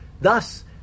Thus